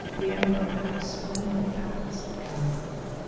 the emperor had a splendid palace at cambaluc,